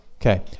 Okay